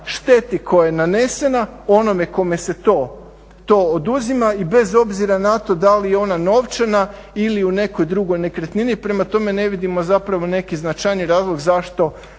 šteti koja je nanesena onome kome se to, to oduzima i bez obzira na to da li je ona novčana ili u nekoj drugoj nekretnini. Prema tome ne vidimo zapravo neki značajniji razlog zašto